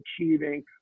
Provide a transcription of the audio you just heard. achieving